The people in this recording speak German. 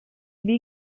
wie